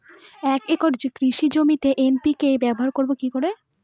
এক একর কৃষি জমিতে এন.পি.কে ব্যবহার করব কি করে?